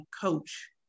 coach